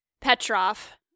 Petrov